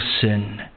sin